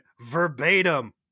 verbatim